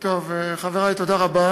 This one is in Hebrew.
חברי, תודה רבה.